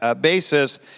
basis